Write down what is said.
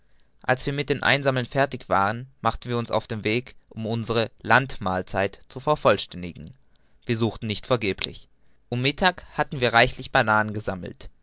als wir mit dem einsammeln fertig waren machten wir uns auf den weg um unsere landmahlzeit zu vervollständigen wir suchten nicht vergeblich um mittag hatten wir reichlich bananen gesammelt